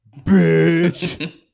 bitch